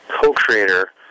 co-creator